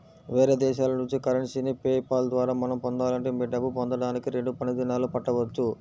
వేరే దేశాల నుంచి కరెన్సీని పే పాల్ ద్వారా మనం పొందాలంటే మీ డబ్బు పొందడానికి రెండు పని దినాలు పట్టవచ్చు